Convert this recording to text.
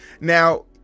Now